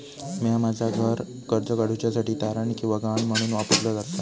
म्या माझा घर कर्ज काडुच्या साठी तारण किंवा गहाण म्हणून वापरलो आसा